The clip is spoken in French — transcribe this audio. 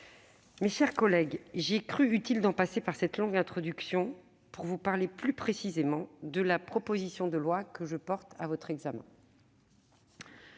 Mes chers collègues, j'ai cru utile d'en passer par cette longue introduction pour vous parler plus précisément de la proposition de loi que je soumets à votre examen.